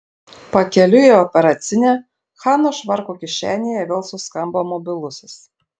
pakeliui į operacinę hanos švarko kišenėje vėl suskambo mobilusis